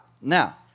Now